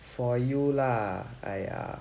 for you lah !aiya!